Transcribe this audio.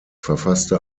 verfasste